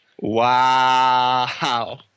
Wow